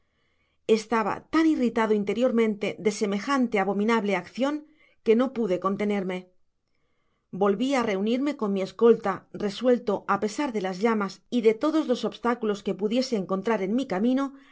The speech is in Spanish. estaba tan irritado interiormente de semejante abominable accion que no pude contenerme volvi á reunirme con mi escolta resuelto á pesar de las llamas y de todos los obstaculos que pudiese encontrar en mi camino